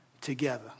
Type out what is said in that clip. together